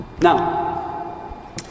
Now